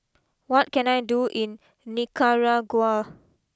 what can I do in Nicaragua